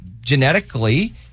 genetically